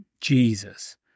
Jesus